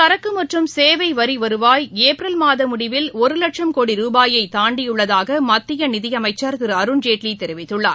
சரக்கு மற்றும் சேவை வரி வருவாய் ஏப்ரல் மாத முடிவில் ஒரு வட்சும் கோடி ருபாயை தாண்டியுள்ளதாக மத்திய நிதி அமைச்சர் திரு அருண்ஜேட்லி தெரிவித்துள்ளார்